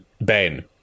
Ben